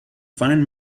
fine